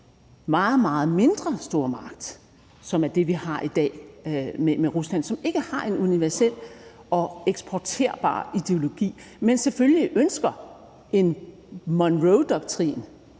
meget, meget mindre stormagt, som er det, vi har i dag med Rusland, som ikke har en universel og eksporterbar ideologi, men selvfølgelig ønsker en Monroedoktrin